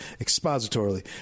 expository